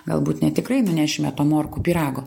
galbūt ne tikrai nunešime tą morkų pyrago